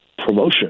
Promotion